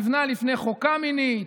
נבנה לפני חוק קמיניץ,